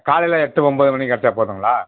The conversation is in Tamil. காலையில் எட்டு ஒன்போது மணிக்கு கிடச்சா போதுங்களா